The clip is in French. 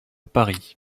paris